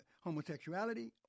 homosexuality